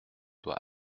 doit